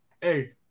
hey